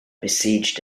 besieged